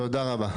תודה רבה.